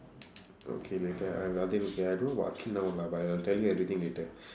okay later I will update I don't know about akhil now but I'll tell you everything later